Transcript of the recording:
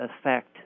effect